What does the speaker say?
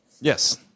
Yes